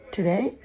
Today